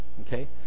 okay